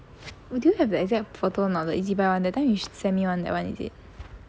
would you have the exact photo or not the Ezbuy [one] that time you s~ send me [one] is it